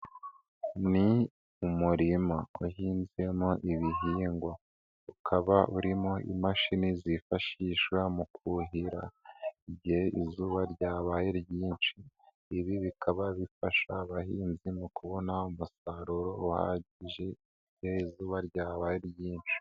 Ni umurima uhinzemo ibihingwa, ukaba urimo imashini zifashishwa mu kuhira igihe izuba ryabaye ryinshi, ibi bikaba bifasha abahinzi mu kubona umusaruro uhagije igihe izuba ryabaye ari ryinshi.